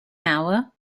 hour